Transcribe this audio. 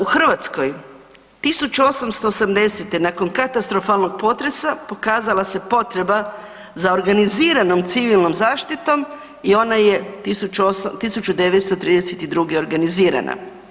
U Hrvatskoj 1880. nakon katastrofalnog potresa pokazala se potreba za organiziranom civilnom zaštitom i ona je 1932. organizirana.